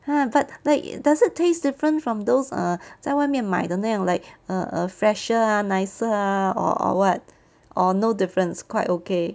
!huh! but like does it taste different from those err 在外面买的那样 like err err fresher ah nicer ah or what or no difference quite okay